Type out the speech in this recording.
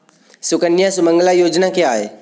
सुकन्या सुमंगला योजना क्या है?